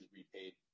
repaid